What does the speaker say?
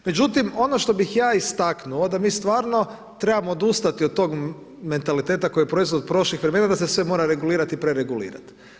Međutim ono što bih ja istaknuo, da mi stvarno trebamo odustati od tog mentaliteta koji je proizvod prošlih vremena da se sve mora regulirati i preregulirati.